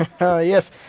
Yes